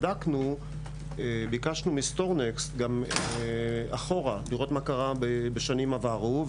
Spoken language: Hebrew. ביקשנו מ"סטורנקס" לראות מה קרה בשנים עברו,